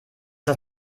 das